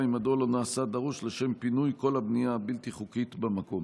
2. מדוע לא נעשה הדרוש לשם פינוי כל הבנייה הבלתי-חוקית במקום?